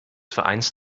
vereins